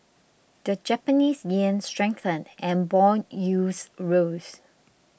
the Japanese yen strengthened and bond yields rose